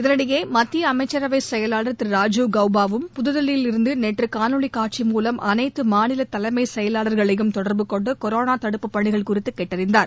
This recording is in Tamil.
இதனிடையே மத்திய அமைச்சரவை செயலாளர் திரு ராஜீவ் கவுபாவும் புதுதில்லியிலிருந்து நேற்று காணொலி காட்சி மூலம் அனைத்து மாநில தலைமை செயலாளர்களையும் தொடர்பு கொண்டு கொரோனா தடுப்பு பணிகள் குறித்து கேட்டறிந்தார்